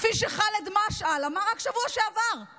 כפי שחאלד משעל אמר רק בשבוע שעבר,